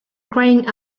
crying